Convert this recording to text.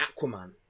Aquaman